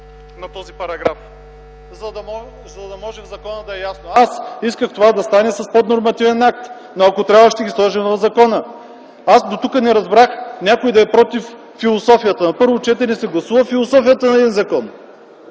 на този параграф, за да може в закона да е ясно. Аз исках това да стане с поднормативен акт, но ако трябва, ще ги сложим в закона. Аз не разбрах дотук някой да е против философията. На първо четене се гласува философията на един закон.